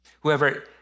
Whoever